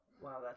Wow